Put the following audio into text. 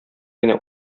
генә